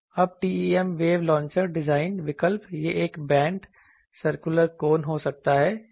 अब TEM wave launcher design विकल्प यह एक बैंट सर्कुलर कोन हो सकता है